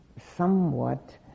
somewhat